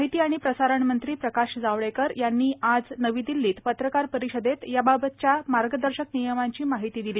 माहिती आणि प्रसारणमंत्री प्रकाश जावडेकर यांनी आज नवी दिल्लीत पत्रकार परिषदेत याबाबतच्या मार्गदर्शक नियमांची माहिती दिली